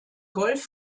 golf